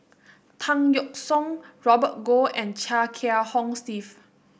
Tan Yeok Seong Robert Goh and Chia Kiah Hong Steve